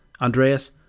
Andreas